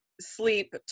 sleep